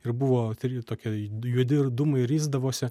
ir buvo try tokie juodi ir dūmai risdavosi